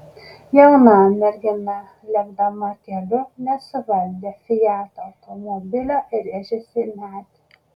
jauna mergina lėkdama keliu nesuvaldė fiat automobilio ir rėžėsi į medį